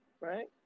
right